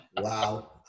Wow